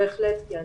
בהחלט כן.